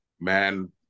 man